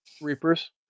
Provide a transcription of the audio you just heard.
Reapers